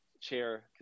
Chair